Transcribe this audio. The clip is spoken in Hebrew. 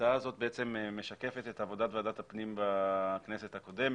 ההצעה הזאת משקפת את עבודת ועדת הפנים והגנת הסביבה בכנסת הקודמת,